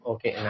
Okay